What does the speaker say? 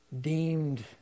Deemed